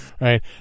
right